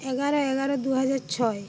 এগারো এগারো দুহাজার ছয়